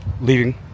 leaving